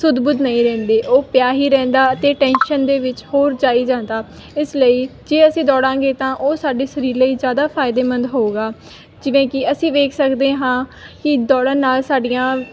ਸੁੱਧ ਬੁੱਧ ਨਹੀਂ ਰਹਿੰਦੀ ਉਹ ਪਿਆ ਹੀ ਰਹਿੰਦਾ ਅਤੇ ਟੈਂਸ਼ਨ ਦੇ ਵਿੱਚ ਹੋਰ ਜਾਈ ਜਾਂਦਾ ਇਸ ਲਈ ਜੇ ਅਸੀਂ ਦੌੜਾਂਗੇ ਤਾਂ ਉਹ ਸਾਡੇ ਸਰੀਰ ਲਈ ਜ਼ਿਆਦਾ ਫਾਇਦੇਮੰਦ ਹੋਊਗਾ ਜਿਵੇਂ ਕਿ ਅਸੀਂ ਵੇਖ ਸਕਦੇ ਹਾਂ ਕਿ ਦੌੜਨ ਨਾਲ ਸਾਡੀਆਂ